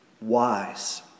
wise